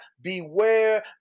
beware